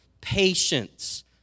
patience